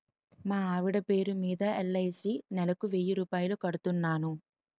మా ఆవిడ పేరు మీద ఎల్.ఐ.సి నెలకు వెయ్యి రూపాయలు కడుతున్నాను